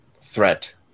threat